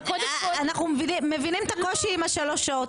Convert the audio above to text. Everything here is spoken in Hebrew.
אנחנו מבינים את הקושי עם השלוש שעות,